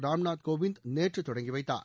ராம் நாத் கோவிந்த் நேற்று தொடங்கிவைத்தார்